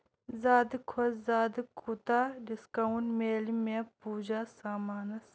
زِیٛادٕ کھۄتہٕ زِیٛادٕ کوٗتاہ ڈسکاونٹ ملہِ مےٚ پوٗجا سامانس پٮ۪ٹھ